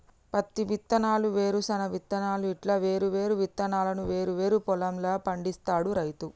పత్తి విత్తనాలు, వేరుశన విత్తనాలు ఇట్లా వేరు వేరు విత్తనాలను వేరు వేరు పొలం ల పండిస్తాడు రైతు